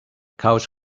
couch